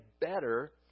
better